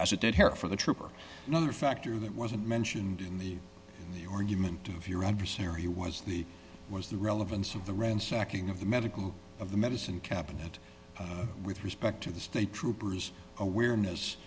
as it did here for the trooper another factor that wasn't mentioned in the in the or human of your adversary was the was the relevance of the ransacking of the medical of the medicine cabinet with respect to the state trooper's awareness